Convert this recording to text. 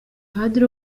padiri